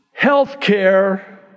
healthcare